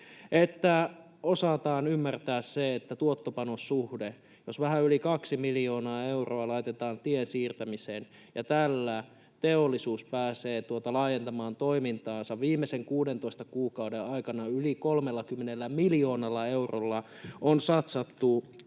että osataan ymmärtää tämän tuotto—panos-suhde. Jos vähän yli kaksi miljoonaa euroa laitetaan tien siirtämiseen ja sillä teollisuus pääsee laajentamaan toimintaansa — viimeisen 16 kuukauden aikana yli 30 miljoonalla eurolla on satsattu